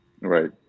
Right